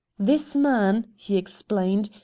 this man, he explained,